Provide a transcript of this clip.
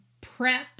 Prep